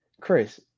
Chris